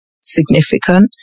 significant